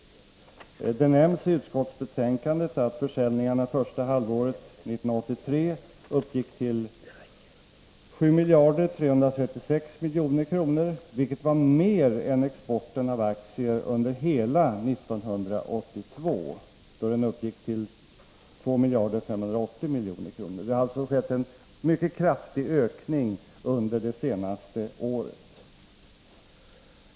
Det nämns i utskottsbetänkandet att försäljningarna första halvåret 1983 uppgick till 7 336 milj.kr., vilket var mer än exporten av aktier under hela 1982, då den uppgick till 2 580 milj.kr. Det har alltså skett en mycket kraftig ökning under det senaste året.